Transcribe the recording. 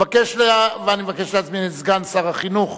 אני מבקש להזמין את סגן שר החינוך